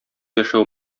яшәү